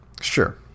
Sure